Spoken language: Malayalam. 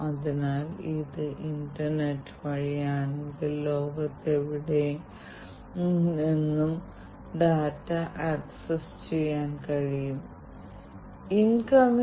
അതിനാൽ അവർക്ക് അവരുടേതായ വ്യത്യസ്തവും ഇഷ്ടാനുസൃതമാക്കിയതുമായ പരിഹാരങ്ങൾ ഉണ്ടായിരിക്കാൻ അവർ പ്രോത്സാഹിപ്പിക്കേണ്ടതുണ്ട് കൂടാതെ ബിസിനസ്സ് ലാഭത്തിന്റെ കാര്യത്തിലും മറ്റും അതിന് പ്രായമുണ്ട്